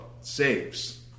saves